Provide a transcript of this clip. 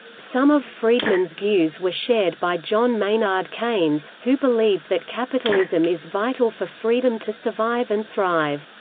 some of friedman's views were shared by john maynard keynes, who believed that capitalism is vital for freedom to survive and thrive.